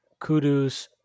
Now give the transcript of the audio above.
Kudus